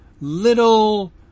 little